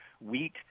Wheat